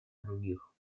других